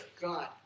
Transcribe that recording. God